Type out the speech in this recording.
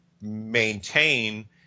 maintain